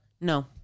No